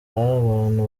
abantu